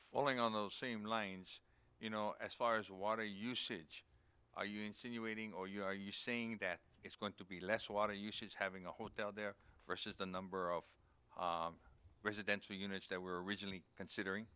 following on the same lines you know as far as water usage are you waiting or you are you saying that it's going to be less water you she's having a hotel there first is the number of residential units that were originally considering